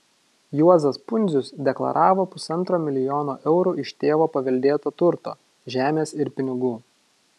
juozas pundzius deklaravo pusantro milijono eurų iš tėvo paveldėto turto žemės ir pinigų